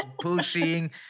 pushing